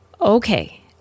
Okay